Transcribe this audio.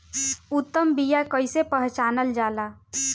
उत्तम बीया कईसे पहचानल जाला?